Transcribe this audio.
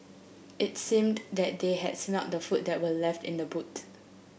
it seemed that they had smelt the food that were left in the boot